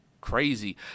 crazy